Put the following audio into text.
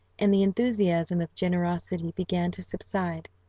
and the enthusiasm of generosity began to subside,